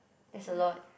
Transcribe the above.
that's a lot